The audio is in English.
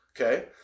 okay